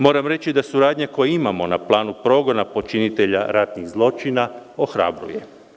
Moram reći da suradnja koju imamo na planu progona počinitelja ratnih zločina ohrabruje.